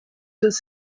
his